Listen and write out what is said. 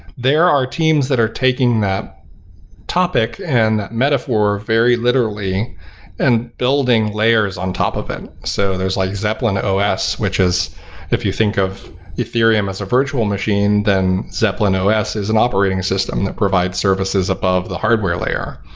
there are teams that are taking that topic and metaphor very literally and building layers on top of it. so there's like zeppelinos, which is if you think of ethereum as a virtual machine, then zeppelinos is an operating system that provides services above the hardware layer.